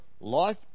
Life